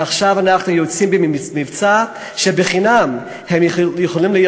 ועכשיו אנחנו יוצאים במבצע שהם יכולים להיות